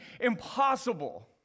impossible